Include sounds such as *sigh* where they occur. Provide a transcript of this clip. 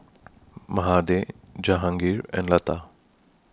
*noise* Mahade Jehangirr and Lata